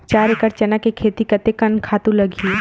चार एकड़ चना के खेती कतेकन खातु लगही?